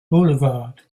boulevard